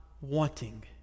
wanting